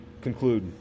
conclude